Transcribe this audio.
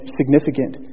significant